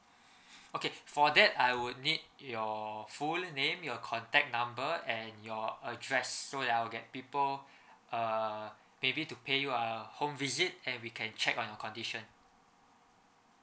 okay for that I would need your full name your contact number and your address so that I'll get people uh maybe to pay you a home visit and we can check on your condition